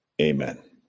Amen